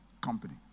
Company